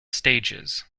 stages